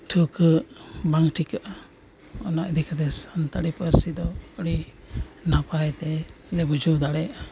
ᱴᱷᱟᱹᱣᱠᱟᱹ ᱵᱟᱝ ᱴᱷᱤᱠᱟᱜᱼᱟ ᱚᱱᱟ ᱤᱫᱤ ᱠᱟᱛᱮᱫ ᱥᱟᱱᱛᱟᱲᱤ ᱯᱟᱹᱨᱥᱤ ᱫᱚ ᱟᱹᱰᱤ ᱱᱟᱯᱟᱭᱛᱮᱞᱮ ᱵᱩᱡᱷᱟᱹᱣ ᱫᱟᱲᱮᱭᱟᱜᱼᱟ